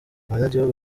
abanyagihugu